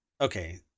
okay